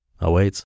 awaits